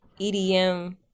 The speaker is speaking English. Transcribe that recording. EDM